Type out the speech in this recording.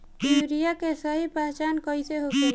Urea के सही पहचान कईसे होखेला?